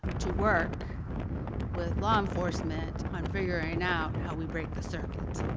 to work with law enforcement on figuring out how we break the circuit.